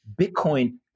Bitcoin